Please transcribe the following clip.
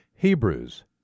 Hebrews